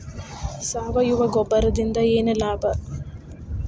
ಸಾವಯವ ಗೊಬ್ಬರದಿಂದ ಏನ್ ಲಾಭ?